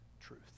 truth